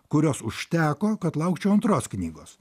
kurios užteko kad laukčiau antros knygos